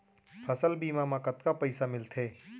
फसल बीमा म कतका पइसा मिलथे?